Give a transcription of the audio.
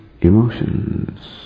emotions